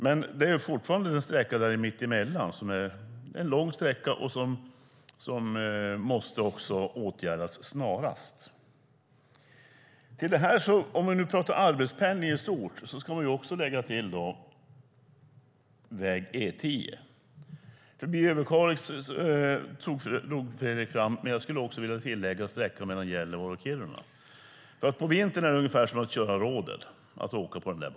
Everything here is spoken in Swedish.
Men det finns fortfarande en lång sträcka mitt emellan som måste åtgärdas snarast. Om vi talar om arbetspendling i stort ska vi också lägga till väg E10. Fredrik Lundh Sammeli talde om sträckan förbi Överkalix. Jag skulle vilja lägga till sträckan mellan Gällivare och Kiruna. På vintern är det ungefär som att köra rodel att åka efter den vägen.